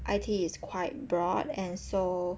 I_T is quite broad and so